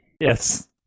Yes